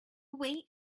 wait